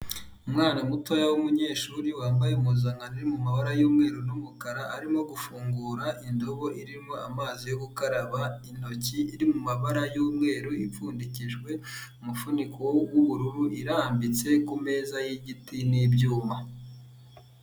Umwana mutoya w'umunyeshuri wambaye impuzankano iri mu mabara y'umweru n'umukara, arimo gufungura indobo irimo amazi yo gukaraba intoki, iri mu mabara y'umweru, ipfundikijwe umufuniko w'ubururu irambitse ku meza y'igiti n'ibyuma.